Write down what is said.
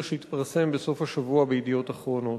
שהתפרסם בסוף השבוע ב"ידיעות אחרונות".